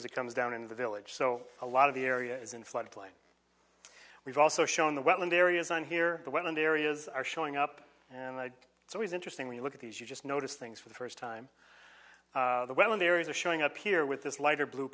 as it comes down in the village so a lot of the area is in flood plain we've also shown the wetland areas on here the wind areas are showing up and it's always interesting when you look at these you just notice things for the first time well in the areas of showing up here with this lighter blue